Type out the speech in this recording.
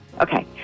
Okay